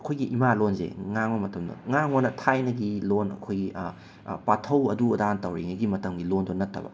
ꯑꯩꯈꯣꯏꯒꯤ ꯏꯃꯥ ꯂꯣꯟꯁꯦ ꯉꯥꯡꯕ ꯃꯇꯝꯗ ꯉꯥꯡꯕꯅ ꯊꯥꯏꯅꯒꯤ ꯂꯣꯟ ꯑꯩꯈꯣꯏꯒꯤ ꯄꯥꯊꯧ ꯑꯗꯨ ꯑꯗꯥ ꯇꯧꯔꯤꯉꯩꯒꯤ ꯃꯇꯝꯒꯤ ꯂꯣꯟꯗꯨ ꯅꯠꯇꯕ